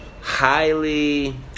highly